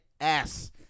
ass